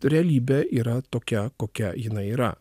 realybė yra tokia kokia jinai yra